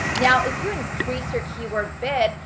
now, if you increase your keyword bid,